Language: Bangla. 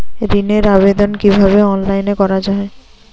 ঋনের আবেদন কিভাবে অনলাইনে করা যায়?